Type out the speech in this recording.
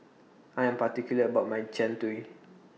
I Am particular about My Jian Dui